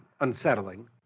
unsettling